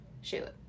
Shoot